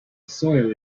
soil